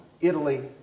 Italy